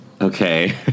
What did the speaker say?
okay